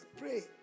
pray